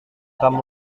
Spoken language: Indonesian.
kamu